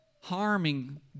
harming